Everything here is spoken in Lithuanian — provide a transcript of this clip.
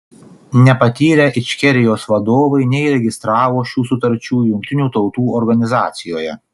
nepatyrę ičkerijos vadovai neįregistravo šių sutarčių jungtinių tautų organizacijoje